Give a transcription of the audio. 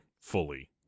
fully